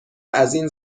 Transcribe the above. ازاین